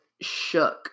shook